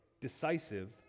decisive